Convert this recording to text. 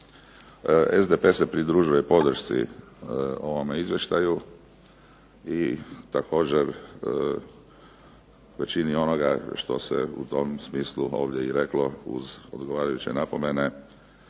SDP se pridružuje podršci ovome izvještaju i također većini onoga što se u tom smislu ovdje i reklo uz odgovarajuće napomene